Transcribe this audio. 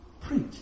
preach